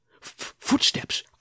Footsteps